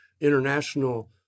international